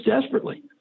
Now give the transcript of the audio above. desperately